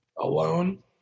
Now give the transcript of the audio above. alone